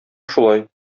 шулай